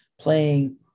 playing